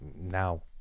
now